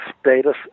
status